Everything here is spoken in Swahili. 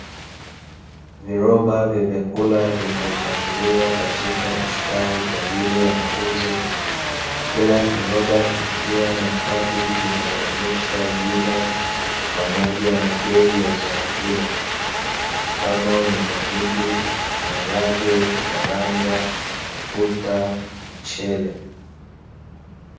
Viroba vya vyakula vilivopangiliwa katika mstari kwa ajili ya mauzo, kila kiroba kikiwa na kadi inayoonyesha jina pamoja na bei ya zao hilo, mfano ni: mahindi, maharage, karanga, ufuta, mchele.